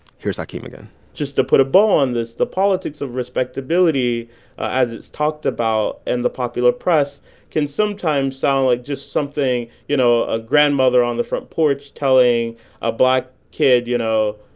here's hakeem again just to put a bow on this, the politics of respectability as it's talked about in and the popular press can sometimes sound like just something, you know, a grandmother on the front porch telling a black kid, you know,